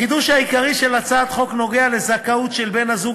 החידוש העיקרי של הצעת החוק נוגע לזכאות של בן-הזוג